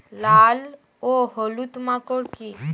লাল ও হলুদ মাকর কী?